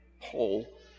poll